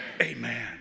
Amen